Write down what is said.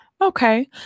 Okay